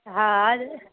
हँ आओर